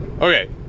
okay